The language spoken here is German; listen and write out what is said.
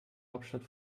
hauptstadt